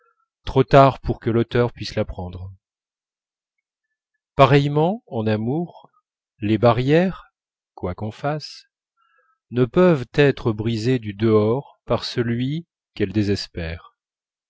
trop tard pour que l'auteur puisse l'apprendre pareillement en amour les barrières quoi qu'on fasse ne peuvent être brisées du dehors par celui qu'elles désespèrent